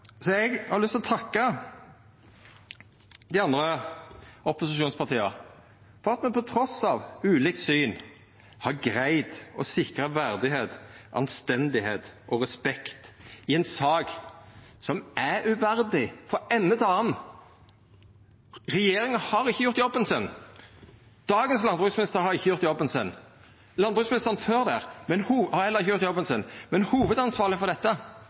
Eg har lyst til å takka dei andre opposisjonspartia for at me trass i ulikt syn har greidd å sikra verdigheit, anstendigheit og respekt i ei sak som er uverdig frå ende til annan. Regjeringa har ikkje gjort jobben sin. Dagens landbruksminister har ikkje gjort jobben sin. Landbruksministeren før det har heller ikkje gjort jobben sin. Men hovudansvarleg for dette